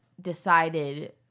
decided